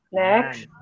next